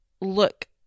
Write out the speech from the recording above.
look